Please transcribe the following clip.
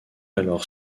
alors